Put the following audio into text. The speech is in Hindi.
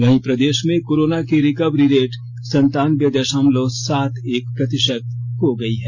वहीं प्रदेश में कोरोना की रिकवरी रेट सनतानबे दशमलव सात एक प्रतिशत हो गई है